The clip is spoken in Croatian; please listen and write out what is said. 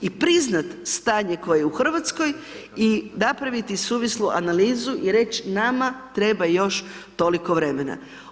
I priznati stanje koje je u Hrvatskoj i napraviti suvislu analizu i reći nama treba još toliko vremena.